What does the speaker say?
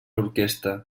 orquestra